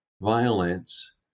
violence